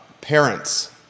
Parents